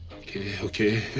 okay. okay.